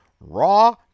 Raw